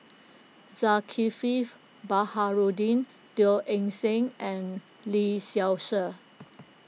Zulkifli Baharudin Teo Eng Seng and Lee Seow Ser